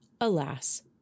alas